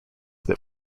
that